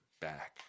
back